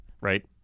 Right